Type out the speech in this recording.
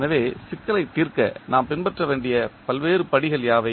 எனவே சிக்கலைத் தீர்க்க நாம் பின்பற்றக்கூடிய பல்வேறு படிகள் யாவை